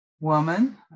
woman